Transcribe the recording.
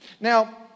Now